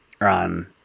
on